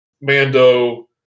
Mando